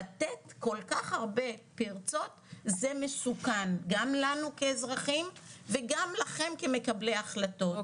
לתת כל כך הרבה פרצות זה מסוכן גם לנו כאזרחים וגם לכם כמקבלי החלטות,